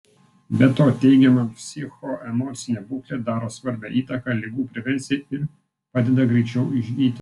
be to teigiama psichoemocinė būklė daro svarbią įtaką ligų prevencijai ir padeda greičiau išgyti